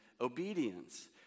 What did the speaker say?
obedience